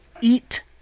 eat